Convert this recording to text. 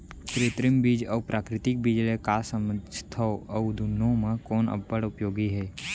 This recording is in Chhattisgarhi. कृत्रिम बीज अऊ प्राकृतिक बीज ले का समझथो अऊ दुनो म कोन अब्बड़ उपयोगी हे?